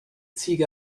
ziege